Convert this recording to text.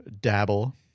Dabble